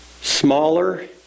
Smaller